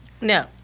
No